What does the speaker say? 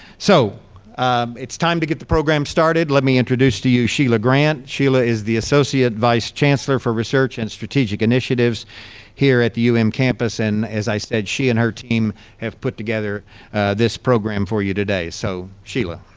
so it's time to get the program started. let me introduce to you, sheila grant. sheila is the associate vice chancellor for research and strategic initiatives here at the um campus and, as i said, she and her team have put together this program for you today, so sheila.